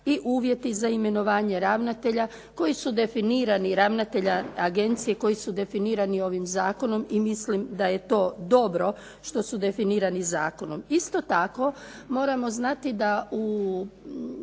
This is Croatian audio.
i uvjeti za imenovanje ravnatelja koji su definirani ravnatelja Agencije koji su definirani ovim Zakonom i mislim da je to dobro što su definirani zakonom. Isto tako moramo znati da u